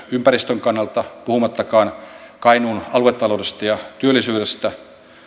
ympäristön kannalta puhumattakaan kainuun aluetaloudesta ja työllisyydestä